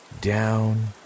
down